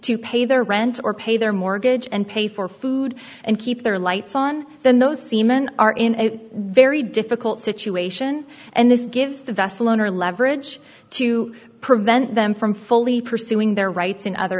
to pay their rent or pay their mortgage and pay for food and keep their lights on the no seaman are in a very difficult situation and this gives the vessel owner leverage to prevent them from fully pursuing their rights in other